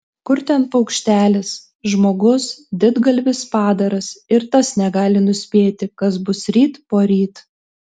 kur ten paukštelis žmogus didgalvis padaras ir tas negali nuspėti kas bus ryt poryt